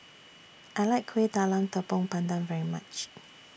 I like Kueh Talam Tepong Pandan very much